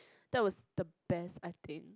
that was the best I think